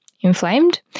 inflamed